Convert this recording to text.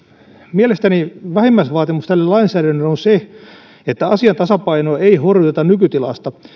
mielestäni vähimmäisvaatimus tälle lainsäädännölle on se että asian tasapainoa ei horjuteta nykytilasta